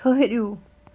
ٹھٕہرِو